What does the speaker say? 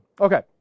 Okay